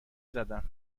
زدم